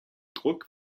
druck